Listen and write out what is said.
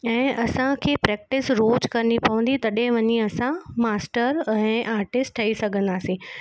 ऐं असांखे प्रैक्टिस रोज करिणी पवंदी तॾहिं वञी असां मास्टर ऐं आर्टिस्ट ठही सघंदासीं